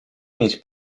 mieć